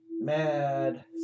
Mad